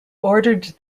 ordered